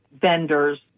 vendors